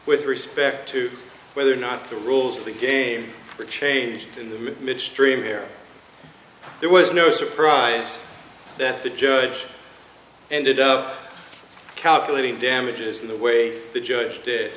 with respect to whether or not the rules of the game were changed in midstream here it was no surprise that the judge ended up calculating damages in the way the judge did